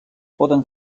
poden